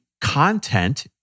content